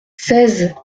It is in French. seize